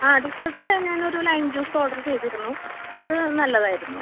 ആ ഡിസേട്ട് ഞാനൊരു lime juice order ചെയ്തിരുന്നു അത് നല്ലതായിരുന്നു